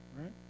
right